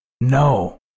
No